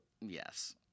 Yes